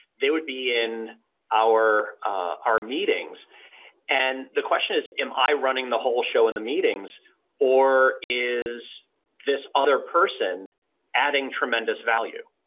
they would be in our our meetings and the question is, am i running the whole show in the meetings or is this other person adding tremendous value?